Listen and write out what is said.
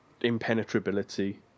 impenetrability